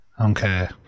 Okay